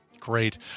Great